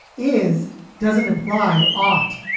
is doesn't imply art.